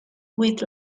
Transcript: with